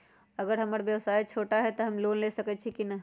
अगर हमर व्यवसाय छोटा है त हम लोन ले सकईछी की न?